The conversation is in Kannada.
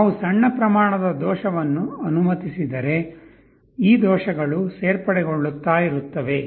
ನಾವು ಸಣ್ಣ ಪ್ರಮಾಣದ ದೋಷವನ್ನು ಅನುಮತಿಸಿದರೆ ಈ ದೋಷಗಳು ಸೇರ್ಪಡೆಗೊಳ್ಳುತ್ತಾ ಇರುತ್ತವೆ